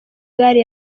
gare